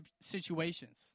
situations